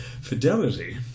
Fidelity